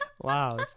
wow